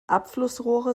abflussrohre